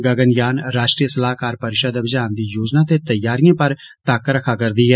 गगनयान राष्ट्रीय सलाहकार परिषद अभियान दी योजना ते तैयारिए पर तक्क रखा करदी ऐ